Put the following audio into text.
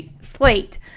slate